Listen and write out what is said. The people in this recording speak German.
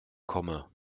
komme